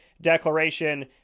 declaration